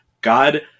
God